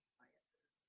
Sciences